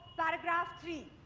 paragraph three.